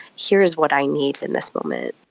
here's what i need in this moment.